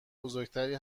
بزرگتری